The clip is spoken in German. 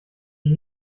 die